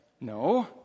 No